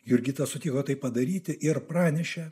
jurgita sutiko tai padaryti ir pranešė